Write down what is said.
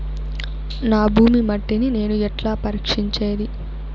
నా భూమి మట్టిని నేను ఎట్లా పరీక్షించేది?